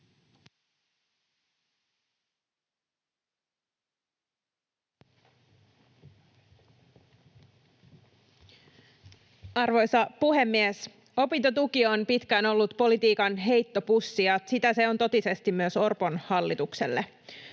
Arvoisa puhemies! Opintotuki on pitkään ollut politiikan heittopussi, ja sitä se on totisesti myös Orpon hallitukselle.